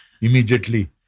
immediately